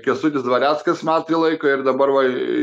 kęstutis dvareckas metai laiko ir dabar va